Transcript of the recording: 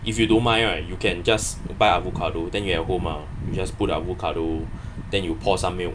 if you don't mind right you can just buy avocado then you at home uh you just put avocado than you pour some milk